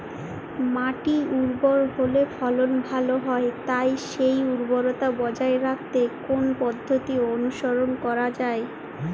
মাটি উর্বর হলে ফলন ভালো হয় তাই সেই উর্বরতা বজায় রাখতে কোন পদ্ধতি অনুসরণ করা যায়?